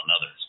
others